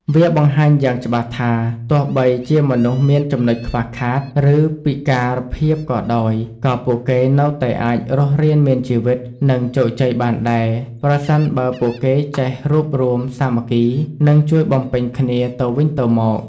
វាបង្ហាញយ៉ាងច្បាស់ថា ទោះបីជាមនុស្សមានចំណុចខ្វះខាត ឬពិការភាពក៏ដោយ ក៏ពួកគេនៅតែអាចរស់រានមានជីវិត និងជោគជ័យបានដែរ ប្រសិនបើពួកគេចេះរួបរួមសាមគ្គី និងជួយបំពេញគ្នាទៅវិញទៅមក។ ។